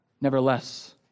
Nevertheless